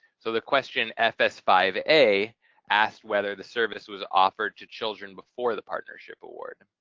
so the question f s five a asked, whether the service was offered to children before the partnership award?